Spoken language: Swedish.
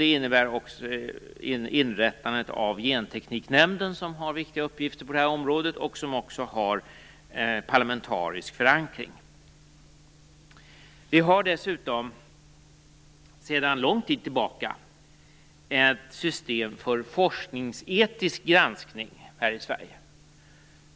Det innebar också inrättandet av Gentekniknämnden som har viktiga uppgifter på detta område och som också har parlamentarisk förankring. Vi har dessutom sedan lång tid tillbaka ett system för forskningsetisk granskning här i Sverige.